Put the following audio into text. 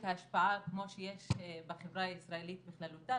ההשפעה כמו שיש בחברה הישראלית בכללותה,